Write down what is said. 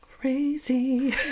crazy